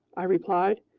i replied.